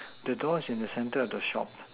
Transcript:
the door is in the centre of the shop